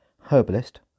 Herbalist